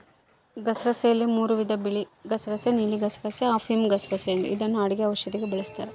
ಗಸಗಸೆಯಲ್ಲಿ ಮೂರೂ ವಿಧ ಬಿಳಿಗಸಗಸೆ ನೀಲಿಗಸಗಸೆ, ಅಫಿಮುಗಸಗಸೆ ಎಂದು ಇದನ್ನು ಅಡುಗೆ ಔಷಧಿಗೆ ಬಳಸ್ತಾರ